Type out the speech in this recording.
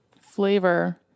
flavor